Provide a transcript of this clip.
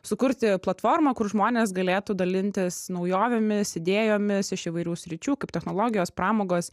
sukurti platformą kur žmonės galėtų dalintis naujovėmis idėjomis iš įvairių sričių kaip technologijos pramogos